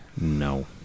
No